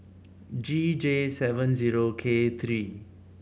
G J seven zero K three